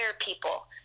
people